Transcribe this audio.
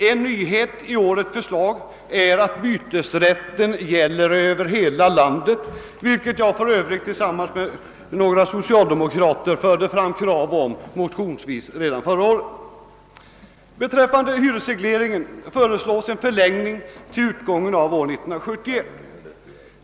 En nyhet i årets förslag är att bytesrätten gäller över hela landet — något som jag för övrigt tillsammans med ett par andra socialdemokrater redan förra året motionsledes krävde att den skulle göra. Beträffande hyresregleringslagen föreslås en förlängning till utgången av år 1971.